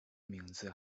名字